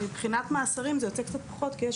מבחינת מאסרים זה יוצא קצת פחות כי יש